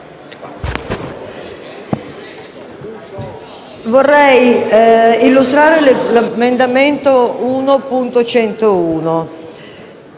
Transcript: vorrei illustrare l'emendamento 1.101.